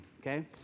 Okay